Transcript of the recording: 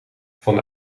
van